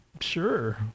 Sure